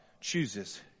chooses